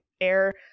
air